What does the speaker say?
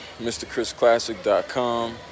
mrchrisclassic.com